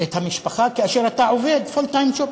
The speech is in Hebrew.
את המשפחה, כאשר אתה עובד "פול טיים ג'וב"